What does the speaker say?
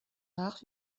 nach